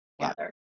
together